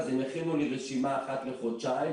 אז הם יכינו לי רשימה אחת לחודשיים,